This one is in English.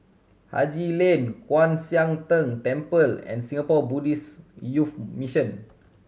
Haji Lane Kwan Siang Tng Temple and Singapore Buddhist Youth Mission